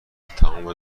تمام